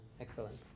Excellent